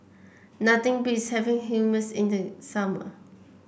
nothing beats having Hummus in the summer